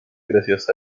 gracias